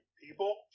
people